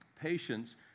patience